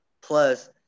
plus